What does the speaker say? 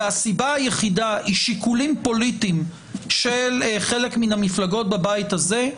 והסיבה היחידה היא שיקולים פוליטיים של חלק מן המפלגות בבית הזה,